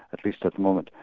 at least at the moment,